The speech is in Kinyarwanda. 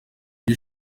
byo